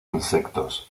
insectos